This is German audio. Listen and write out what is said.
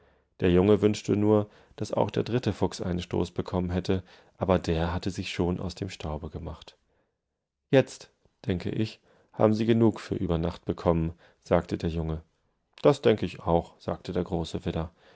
der junge wünschte nur daß auch der dritte fuchs einen stoß bekommenhätte aberderhattesichschonausdemstaubegemacht jetzt denke ich haben sie genug für über nacht bekommen sagte der junge das denke ich auch sagte der große